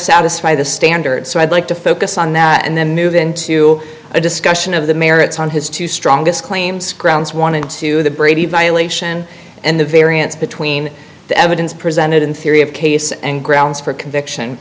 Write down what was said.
satisfy the standard so i'd like to focus on that and then move into a discussion of the merits on his two strongest claims grounds one into the brady violation and the variance between the evidence presented in theory of case and grounds for conviction